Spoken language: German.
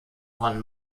von